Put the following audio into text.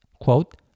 quote